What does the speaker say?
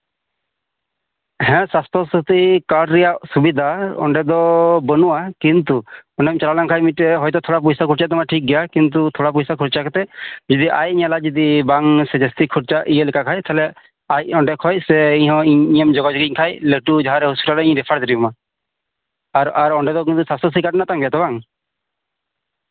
ᱦᱮᱸ ᱥᱟᱥᱛᱚ ᱥᱟᱛᱷᱤ ᱠᱟᱨᱰ ᱨᱮᱭᱟᱜ ᱥᱩᱵᱤᱫᱟ ᱚᱸᱰᱮ ᱫᱚ ᱵᱟᱱᱩᱜᱼᱟ ᱠᱤᱱᱛᱩ ᱚᱸᱰᱮᱢ ᱪᱟᱞᱟᱣ ᱞᱮᱱᱠᱷᱟᱡ ᱦᱚᱭᱛᱚ ᱯᱚᱭᱥᱟ ᱠᱷᱚᱨᱪᱟᱜ ᱛᱟᱢᱟ ᱴᱷᱤᱠᱜᱮᱭᱟ ᱠᱤᱱᱛᱩ ᱛᱷᱚᱲᱟ ᱯᱚᱭᱥᱟ ᱠᱷᱚᱨᱪᱟ ᱠᱟᱛᱮ ᱡᱩᱫᱤ ᱟᱡ ᱮᱭ ᱧᱮᱞᱟ ᱵᱟᱝ ᱥᱮ ᱡᱟᱹᱥᱛᱤ ᱠᱷᱚᱨᱪᱟ ᱞᱮᱠᱟ ᱛᱟᱞᱦᱮ ᱟᱡ ᱚᱸᱰᱮ ᱠᱷᱚᱡ ᱥᱮ ᱤᱧᱮᱢ ᱡᱳᱜᱟᱡᱳᱜᱤᱧ ᱠᱷᱟᱡ ᱞᱟᱹᱴᱩ ᱡᱟᱦᱟᱸᱨᱮ ᱦᱚᱸᱥᱯᱤᱴᱟᱞ ᱨᱤᱧ ᱫᱮᱠᱷᱟ ᱫᱟᱲᱮᱣᱟᱢᱟ ᱟᱨ ᱟᱨ ᱚᱸᱰᱮ ᱫᱚ ᱥᱟᱥᱛᱷᱚ ᱥᱟᱛᱷᱤ ᱠᱟᱨᱰ ᱢᱮᱱᱟᱜ ᱛᱟᱢ ᱜᱮᱭᱟ ᱛᱚ ᱵᱟᱝ